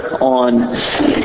on